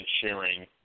sharing